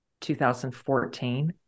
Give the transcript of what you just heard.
2014